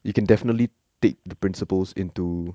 you can definitely take the principles into